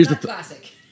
Classic